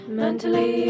mentally